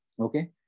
Okay